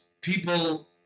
people